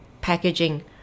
packaging